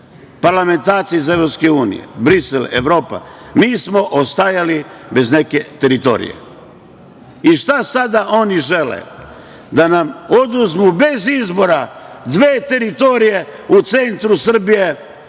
parlamentarci iz EU, Brisel, Evropa, mi smo ostajali bez neke teritorije. I šta sada oni žele? Da nam oduzmu bez izbora dve teritorije u centru Srbije,